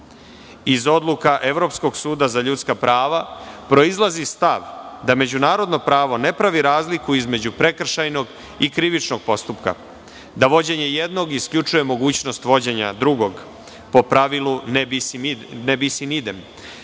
odluka Evropskog suda za ljudska prava proizilazi stav da Međunarodno pravo ne pravi razliku između prekršajnog i krivičnog postupka, da vođenje jednog isključuje mogućnost vođenja drugog, po pravilu "Ne bis in idem"